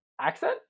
accent